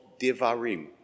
Devarim